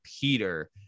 Peter